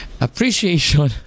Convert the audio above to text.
appreciation